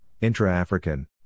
intra-African